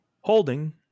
Holding